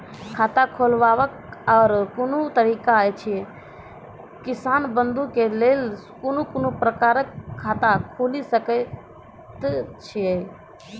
खाता खोलवाक आर कूनू तरीका ऐछि, किसान बंधु के लेल कून कून प्रकारक खाता खूलि सकैत ऐछि?